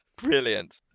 brilliant